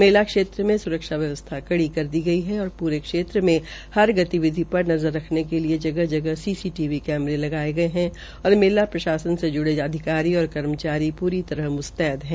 मेला क्षेत्र में स्रक्षा व्यवस्था कडी क्रर दी गई है और प्रे क्षेत्र में हर गतिविधि र नज़र रखने के लिए जगह जगह सीसीटीवी कैमरे लगाये गये है और मेला प्रशासन से जुड़े अधिकारी और कर्मचरी ूरी तरह मुस्तैद है